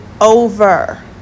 over